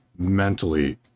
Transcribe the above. mentally